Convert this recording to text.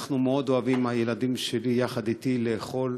אנחנו מאוד אוהבים, הילדים שלי יחד אתי, לאכול